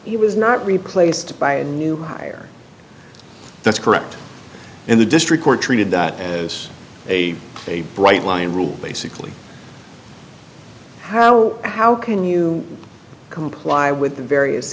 he was not replaced by a new there that's correct and the district court treated that as a a bright line rule basically how how can you comply with the various